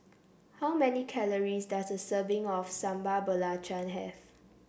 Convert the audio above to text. how many calories does a serving of Sambal Belacan have